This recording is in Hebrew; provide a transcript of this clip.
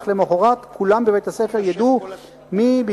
אך למחרת כולם בבית-הספר ידעו מי היא,